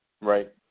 Right